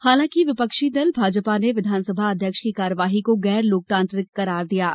हालांकि विपक्षी दल भाजपा ने विधानसभा अध्यक्ष की कार्यवाही को गैर लोकतांत्रिक करार दिया है